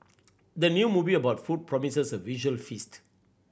the new movie about food promises a visual feast